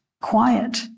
quiet